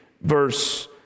verse